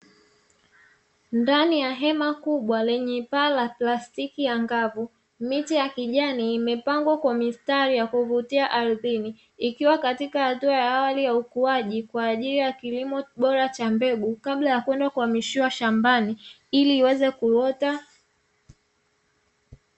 Ndani ya hema kubwa lenye paa la plastiki angavu, miche ya kijani imapangwa kwa mistari ya kuvutia ardhini, ikiwa ni katika hatua ya awali ya ukuaji kwa ajili ya kilimo bora cha mbegu kabla ya kwenda kuhamishiwa shambani ili iweze kuota.